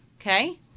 Okay